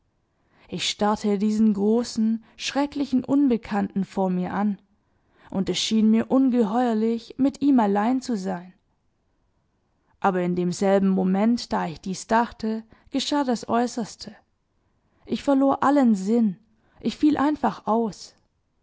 ich starrte diesen großen schrecklichen unbekannten vor mir an und es schien mir ungeheuerlich mit ihm allein zu sein aber in demselben moment da ich dies dachte geschah das äußerste ich verlor allen sinn ich fiel einfach aus